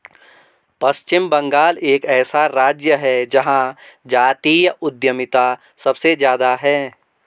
पश्चिम बंगाल एक ऐसा राज्य है जहां जातीय उद्यमिता सबसे ज्यादा हैं